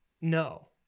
No